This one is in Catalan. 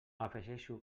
afegeixo